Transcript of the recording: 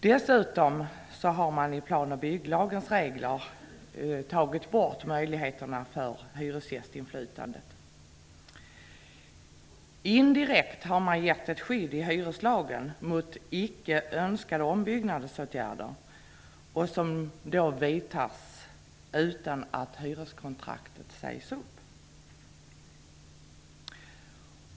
Dessutom har man i plan och bygglagens regler tagit bort möjligheterna för hyresgästinflytande. Indirekt har man givit ett skydd i hyreslagen mot icke önskade ombyggnadsåtgärder som vidtas utan att hyreskontraktet sägs upp.